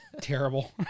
terrible